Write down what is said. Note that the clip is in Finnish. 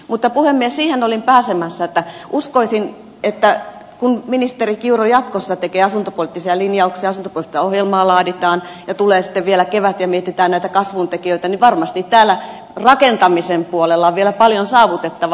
mutta puhemies siihen olin pääsemässä että uskoisin että kun ministeri kiuru jatkossa tekee asuntopoliittisia linjauksia asuntopoliittista ohjelmaa laaditaan ja tulee sitten vielä kevät ja mietitään näitä kasvun tekijöitä niin varmasti täällä rakentamisen puolella on vielä paljon saavutettavaa